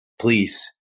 please